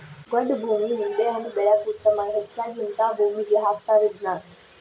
ಗೊಡ್ಡ ಭೂಮಿ ನಿಂಬೆಹಣ್ಣ ಬೆಳ್ಯಾಕ ಉತ್ತಮ ಹೆಚ್ಚಾಗಿ ಹಿಂತಾ ಭೂಮಿಗೆ ಹಾಕತಾರ ಇದ್ನಾ